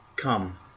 Come